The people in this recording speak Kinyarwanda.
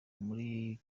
muri